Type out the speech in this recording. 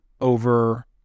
over